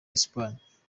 espagne